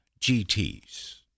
GTs